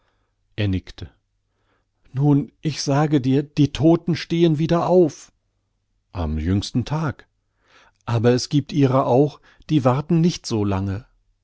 er nickte nun ich sage dir die todten stehen wieder auf am jüngsten tag aber es giebt ihrer auch die warten nicht so lange